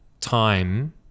time